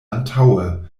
antaŭe